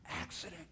accident